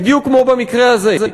בדיוק כמו במקרה הזה,